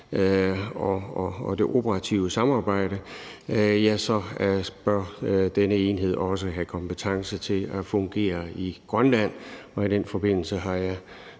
og det operative samarbejde bør denne enhed også have kompetence til at fungere i Grønland, og i den forbindelse har jeg